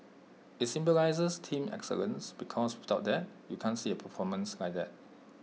IT symbolises team excellence because without that you can't see A performance like that